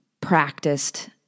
practiced